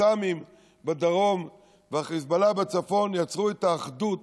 הקסאמים בדרום והחיזבאללה בצפון יצרו את האחדות